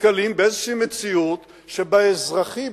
נתקלים באיזו מציאות שבאזרחי,